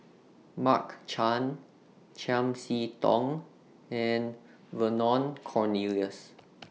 Mark Chan Chiam See Tong and Vernon Cornelius